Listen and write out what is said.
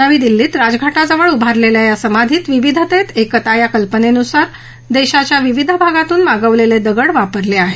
नवी दिल्लीत राजघाटाजवळ उभारलेल्या या समाधीत विविधतेत एकता या कल्पनेनुसार देशाच्या विविध भागातून मागवलेले दगड वापरले आहेत